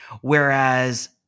whereas